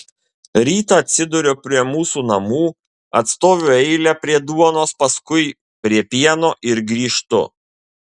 rytą atsiduriu prie mūsų namų atstoviu eilę prie duonos paskui prie pieno ir grįžtu